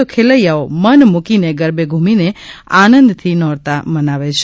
તો ખૈલેયાઓ મન મૂકીને ગરબે ધૂમીને આનંદથી નોરતા મનાવે છે